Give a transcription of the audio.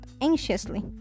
anxiously